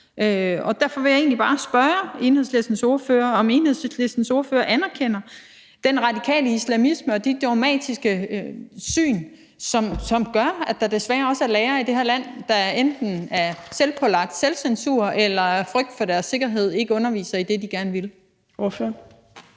Derfor vil jeg egentlig bare spørge Enhedslistens ordfører, om han anerkender den radikale islamisme og de dogmatiske syn, som gør, at der desværre også er lærere i det her land, der enten af selvpålagt censur eller af frygt for deres sikkerhed ikke underviser i det, de gerne ville.